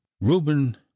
Reuben